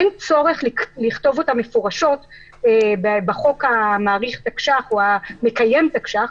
אין צורך לכתוב אותם מפורשות בחוק המאריך תקש"ח או המקיים תקש"ח,